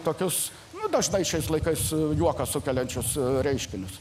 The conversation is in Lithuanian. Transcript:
tokius nu dažnai šiais laikais su juoką sukeliančius reiškinius